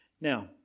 Now